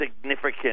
significant